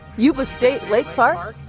yube state lake park?